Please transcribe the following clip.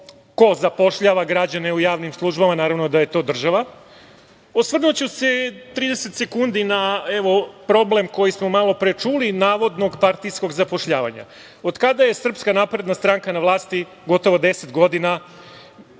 ko zapošljava građane u javnim službama, naravno da je to država, osvrnuću se i 30 sekundi na problem koji smo malopre čuli navodnog partijskog zapošljavanja. Od kada je SNS na vlasti, gotovo 10 godina,